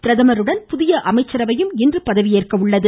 பிரதமருடன் புதிய அமைச்சரவையும் இன்று பதவியேற்கிறது